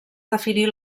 definir